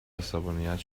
عصبانیت